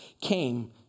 came